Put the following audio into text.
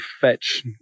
fetch